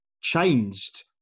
changed